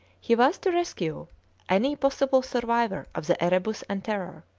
he was to rescue any possible survivor of the erebus and terror,